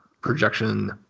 projection